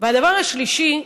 והדבר השלישי,